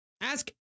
Ask